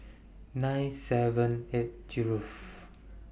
nine seven eight